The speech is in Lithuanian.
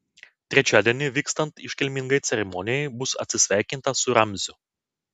trečiadienį vykstant iškilmingai ceremonijai bus atsisveikinta su ramziu